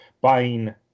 buying